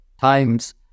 times